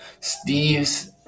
Steve's